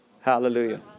Hallelujah